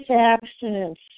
abstinence